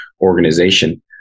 organization